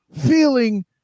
feeling